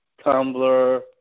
Tumblr